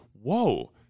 whoa